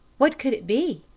what could it be?